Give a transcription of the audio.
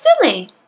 silly